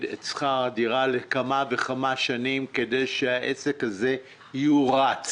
את שכר הדירה לכמה וכמה שנים כדי שהעסק הזה יורץ.